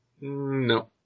No